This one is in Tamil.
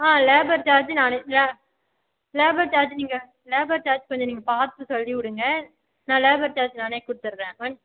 ஆ லேபர் சார்ஜு நானு லே லேபர் சார்ஜு நீங்கள் லேபர் சார்ஜ் கொஞ்சம் நீங்கள் பார்த்து சொல்லி விடுங்கள் நான் லேபர் சார்ஜ் நானே கொடுத்துட்றேன் வன்